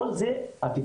כל זה הטיפול,